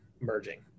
merging